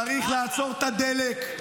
צריך לעצור את הדלק,